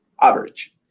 average